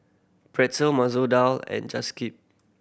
Pretzel Masoor Dal and